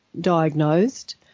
diagnosed